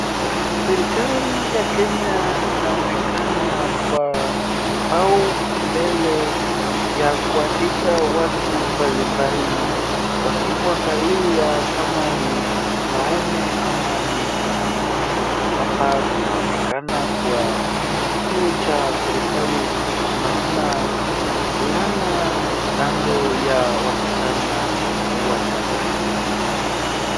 Serikali ya kenya inaonekana kuwa au kilele ya kuandika watu mbalimbali wasipo angalia kama ni mwanamme ama mwanamke .Hapa kunaonekana kuwa kituo cha serikali na mvulana kando ya wasichana watatu.